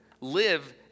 Live